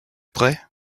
prêt